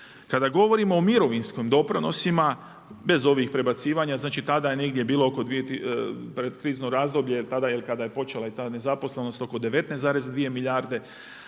Kada govorimo o mirovinskim doprinosima bez ovih prebacivanja tada je negdje bilo pred krizno razdoblje kada je počela ta nezaposlenost oko 19,2 milijarde,